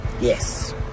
Yes